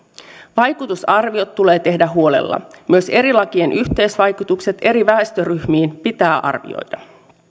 vaikutusarviot tulee tehdä huolella myös eri lakien yhteisvaikutukset eri väestöryhmiin pitää arvioida